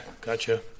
gotcha